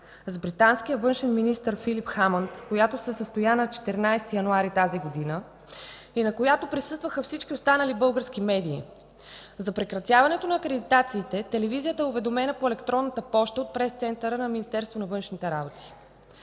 с британския външен министър Филип Хамънд, която се състоя на 14 януари 2015 г. и на която присъстваха всички останали български медии. За прекратяването на акредитациите телевизията е уведомена по електронната поща от пресцентъра на Министерство на външните работи.